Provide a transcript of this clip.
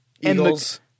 eagles